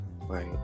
Right